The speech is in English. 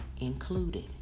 included